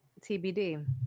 TBD